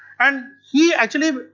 and he actually,